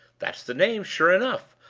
that's the name, sure enough.